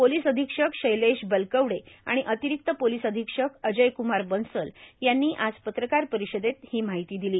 police अधीक्षक शैलेश बलकवडे आणि अतिरिक्त पोलिस अधीक्षक अजयकुमार बन्सल यांनी आज पत्रकार परिषदेत माहिती दिली